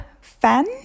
fan